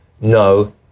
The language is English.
no